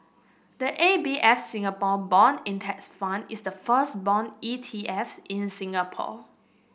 the A B F Singapore Bond Index Fund is the first bond E T F in Singapore